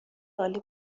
عالی